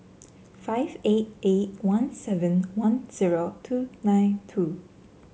five eight eight one seven one zero two nine two